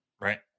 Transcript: Right